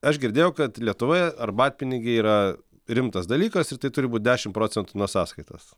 aš girdėjau kad lietuvoje arbatpinigiai yra rimtas dalykas ir tai turi būt dešim procentų nuo sąskaitos